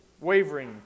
wavering